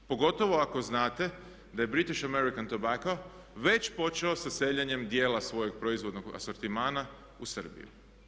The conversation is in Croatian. Pogotovo ako znate da je British American Tobacco već počeo sa seljenjem dijela svojeg proizvodnog asortimana u Srbiju.